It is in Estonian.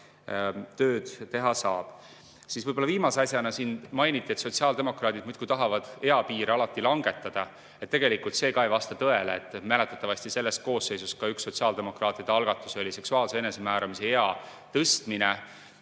tööd teha saab. Siis võib-olla viimase asjana, siin mainiti, et sotsiaaldemokraadid muudkui tahavad alati eapiire langetada. Tegelikult see ka ei vasta tõele. Mäletatavasti selles koosseisus oli üks sotsiaaldemokraatide algatus seksuaalse enesemääramise ea tõstmine